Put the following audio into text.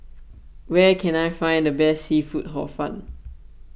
where can I find the best Seafood Hor Fun